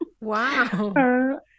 Wow